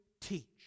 teach